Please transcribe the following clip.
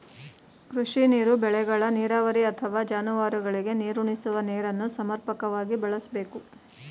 ಕೃಷಿ ನೀರು ಬೆಳೆಗಳ ನೀರಾವರಿ ಅಥವಾ ಜಾನುವಾರುಗಳಿಗೆ ನೀರುಣಿಸುವ ನೀರನ್ನು ಸಮರ್ಪಕವಾಗಿ ಬಳಸ್ಬೇಕು